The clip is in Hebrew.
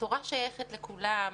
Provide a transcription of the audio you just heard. תורה שייכת לכולם,